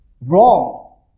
wrong